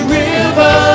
river